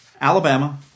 Alabama